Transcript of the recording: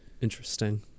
Interesting